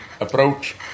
approach